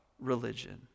religion